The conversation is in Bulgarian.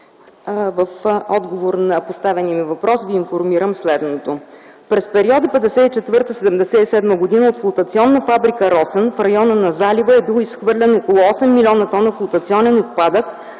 В отговор на поставения ми въпрос ви информирам следното. През периода 1954-1977 г. от флотационна фабрика „Росен” в района на залива е бил изхвърлен около 8 млн. тона флотационен отпадък